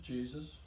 Jesus